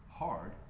hard